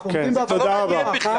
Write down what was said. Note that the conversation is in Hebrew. אה, הבנתי.